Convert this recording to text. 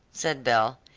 said belle,